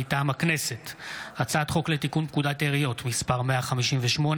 מטעם הכנסת: הצעת חוק לתיקון פקודת העיריות (מס' 158)